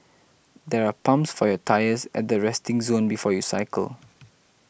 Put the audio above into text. there are pumps for your tyres at the resting zone before you cycle